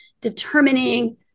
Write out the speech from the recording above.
determining